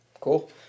Cool